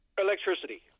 electricity